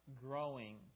growing